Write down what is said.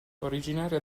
originaria